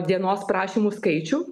dienos prašymų skaičių